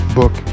book